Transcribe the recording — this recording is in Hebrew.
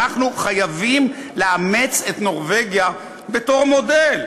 אנחנו חייבים לאמץ את נורבגיה בתור מודל.